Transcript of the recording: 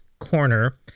Corner